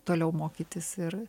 toliau mokytis ir